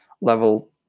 level